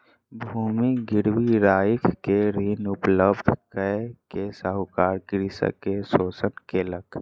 भूमि गिरवी राइख के ऋण उपलब्ध कय के साहूकार कृषक के शोषण केलक